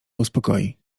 uspokoi